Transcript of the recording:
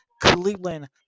Cleveland